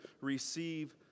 receive